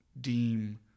deem